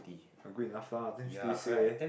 not good enough lah ten fifty sick eh